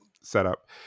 setup